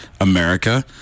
America